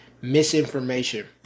misinformation